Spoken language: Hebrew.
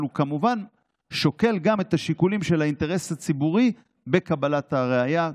אבל הוא כמובן שוקל גם את השיקולים של האינטרס הציבורי בקבלת הראיה,